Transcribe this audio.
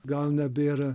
gal nebėra